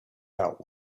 out